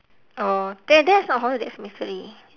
oh that that's not horror that's mystery